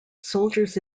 soldiers